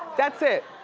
that's it.